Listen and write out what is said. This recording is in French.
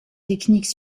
techniques